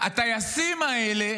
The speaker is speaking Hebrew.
הטייסים האלה